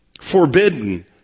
forbidden